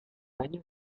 año